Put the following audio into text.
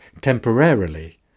temporarily